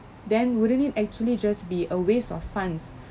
then wouldn't it actually just be a waste of funds